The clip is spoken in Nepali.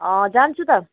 जान्छु त